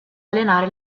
allenare